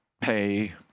pay